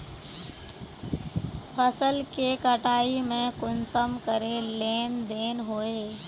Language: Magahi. फसल के कटाई में कुंसम करे लेन देन होए?